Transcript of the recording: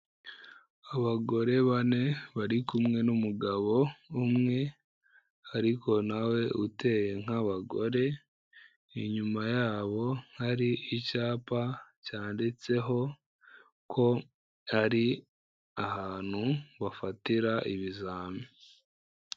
Abagore bane bari kumwe n'umugabo umwe, ariko nawe uteye nk'abagore, inyuma yabo hari icyapa cyanditseho ko hari ahantu bafatira ibizami.